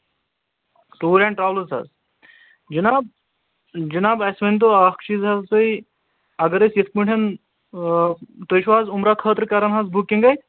tour and travels حظ جِناب جِناب اَسہِ ؤنۍ تو اَکھ چیٖز حظ تُہۍ اگر أسۍ یِتھ پٲٹھۍ تُہۍ چھُو حظ عمرا خٲطرٕ کران حظ بُکِنٛگ اَتہِ